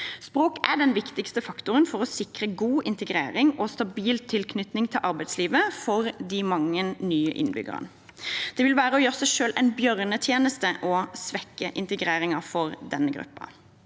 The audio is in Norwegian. Språk er den viktigste faktoren for å sikre god integrering og stabil tilknytning til arbeidslivet for de mange nye innbyggerne. Det vil være å gjøre seg selv en bjørnetjeneste å svekke integreringen for denne gruppen.